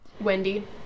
Wendy